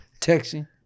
texting